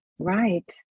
Right